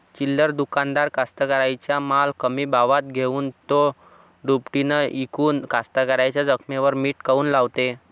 चिल्लर दुकानदार कास्तकाराइच्या माल कमी भावात घेऊन थो दुपटीनं इकून कास्तकाराइच्या जखमेवर मीठ काऊन लावते?